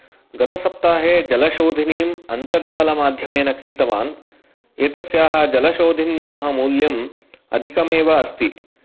गतसप्ताहे जलशोधिनीम् अन्तर्जालमाध्यमेन क्रीतवान् एतस्याः जलशोधिन्याः मूल्यम् अधिकमेव अस्ति